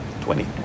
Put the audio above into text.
twenty